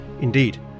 Indeed